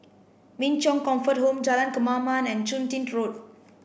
Min Chong Comfort Home Jalan Kemaman and Chun Tin